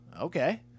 okay